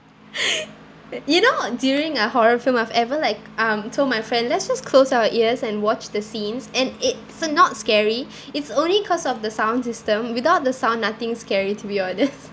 you know during a horror film I've ever like um told my friend let's just close our ears and watch the scenes and it's uh not scary it's only cause of the sound system without the sound nothing scary to be honest